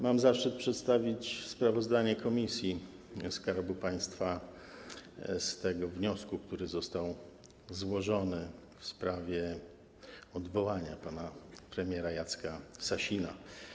Mam zaszczyt przedstawić sprawozdanie komisji Skarbu Państwa dotyczące tego wniosku, który został złożony w sprawie odwołania pana premiera Jacka Sasina.